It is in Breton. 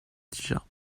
dija